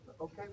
Okay